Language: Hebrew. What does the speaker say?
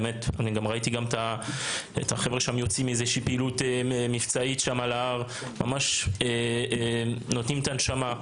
ראיתי גם את החבר'ה יוצאים מפעילות מבצעית על ההר ונותנים את הנשמה.